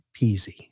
peasy